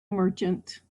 merchant